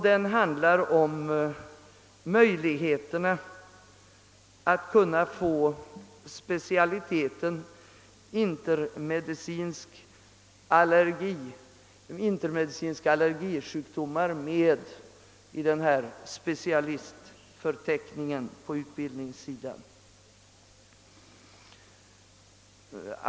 Den handlar om möjligheterna att få specialiteten internmedicinsk allergologi med i specialistförteckningen på utbildningssidan.